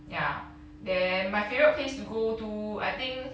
ya then my favorite place to go to I think